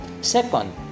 Second